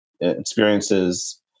experiences